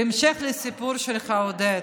בהמשך לסיפור שלך, עודד,